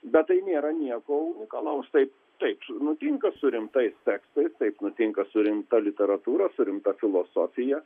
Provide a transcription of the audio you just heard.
bet tai nėra nieko unikalaus taip taip nutinka su rimtais tekstais taip nutinka su rimta literatūros su rimta filosofija